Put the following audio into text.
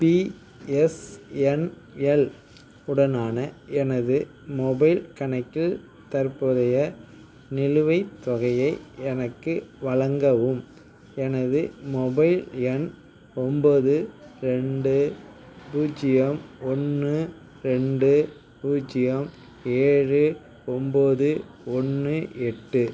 BSNL உடனான எனது mobile கணக்கில் தற்போதைய நிலுவைத் தொகையை எனக்கு வழங்கவும் எனது மொபைல் எண் ஒன்போது ரெண்டு பூஜ்ஜியம் ஒன்று ரெண்டு பூஜ்ஜியம் ஏழு ஒன்போது ஒன்று எட்டு